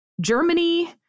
Germany